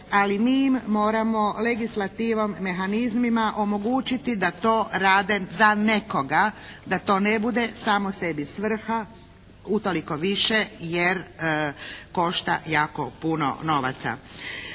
ali mi im moramo legislativom, mehanizmima omogućiti da to rade za nekoga, da to ne bude samo sebi svrha, utoliko više jer košta jako puno novaca.